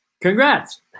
congrats